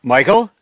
Michael